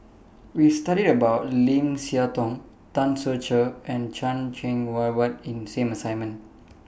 We studied about Lim Siah Tong Tan Ser Cher and Chan Cheng Wah Wide in same assignment